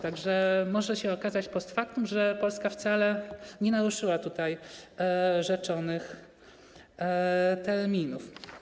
Tak że może się okazać post factum, że Polska wcale nie naruszyła tutaj rzeczonych terminów.